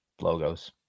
logos